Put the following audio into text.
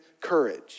courage